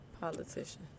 politician